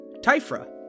Typhra